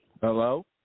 Hello